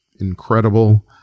incredible